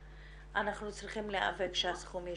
הסולריים לא תקינים צריכים למצוא דרך כדי